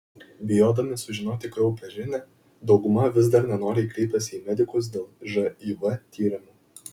bijodami sužinoti kraupią žinią dauguma vis dar nenoriai kreipiasi į medikus dėl živ tyrimų